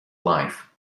life